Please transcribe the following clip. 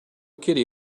kitty